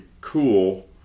cool